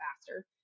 faster